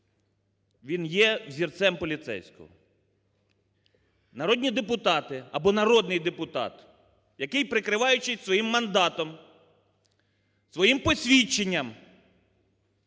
він є взірцем поліцейського. Народні депутати або народний депутат, який, прикриваючись своїм мандатом, своїм посвідченням,